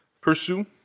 pursue